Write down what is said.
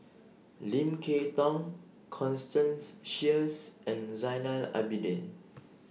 Lim Kay Tong Constance Sheares and Zainal Abidin